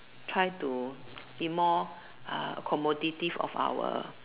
try to be more uh accommodative of our